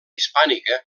hispànica